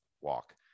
walk